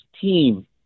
team